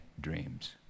dreams